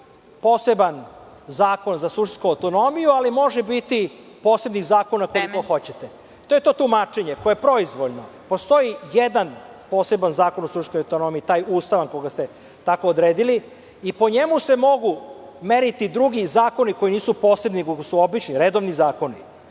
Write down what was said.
poseban zakon za sudsku autonomiju, ali može biti posebnih zakona koliko hoćete.(Predsedavajuća: Vreme.)To je to tumačenje koje je proizvoljno. Postoji jedan poseban zakon o suštinskoj autonomiji, taj ustavan koga ste tako odredili i po njemu se mogu meriti drugi zakoni koji nisu posebni, nego su obični, redovni zakoni.